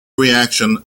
reaction